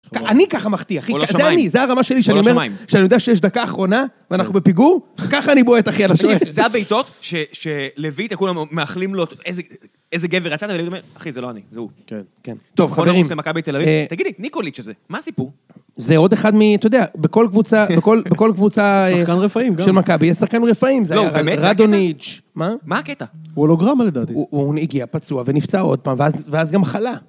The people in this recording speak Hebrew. אני ככה מכתיע, זה אני, זה הרמה שלי, כשאני אומר, כשאני יודע שיש דקה אחרונה, ואנחנו בפיגור, ככה אני בועט, אחי, על השוער. זה הבעיטות שלווית, כולם מאחלים לו, איזה גבר יצאתם, ואני אומר, אחי, זה לא אני, זה הוא. כן. טוב, חברים, תגידי, ניקוליץ' הזה, מה הסיפור? זה עוד אחד מ... אתה יודע, בכל קבוצה... בכל קבוצה... שחקן רפאים, גם. של מכבי, יש שחקן רפאים. לא, באמת? רדוניץ'. מה? מה הקטע? הולוגרמה, לדעתי. הוא הגיע פצוע ונפצע עוד פעם, ואז גם חלה.